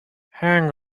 hang